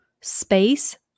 space